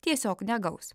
tiesiog negaus